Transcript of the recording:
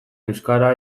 euskara